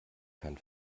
kein